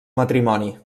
matrimoni